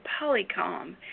Polycom